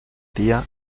tía